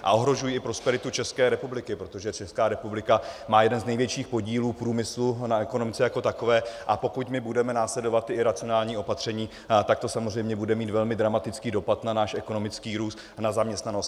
A ohrožují i prosperitu České republiky, protože Česká republika má jeden z největších podílů průmyslu na ekonomice jako takové, a pokud my budeme následovat ta iracionální opatření, tak to samozřejmě bude mít velmi dramatický dopad na náš ekonomický růst a na zaměstnanost.